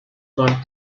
son